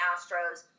Astros